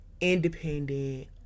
independent